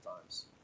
times